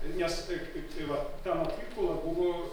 nes taik tai va ta mokykla buvo